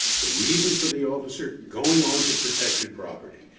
the reason for the officer going onto protected property,